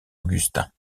augustins